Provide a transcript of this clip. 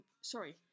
Sorry